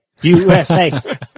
USA